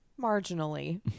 Marginally